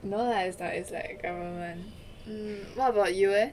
no lah is like is like government mm what about you leh